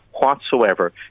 whatsoever